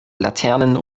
laternen